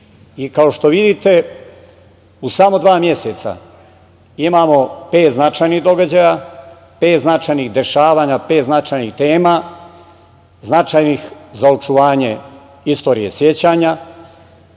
što vidite, u samo dva meseca imamo pet značajnih događaja, pet značajnih dešavanja, pet značajnih tema, značajnih za očuvanje istorije sećanja,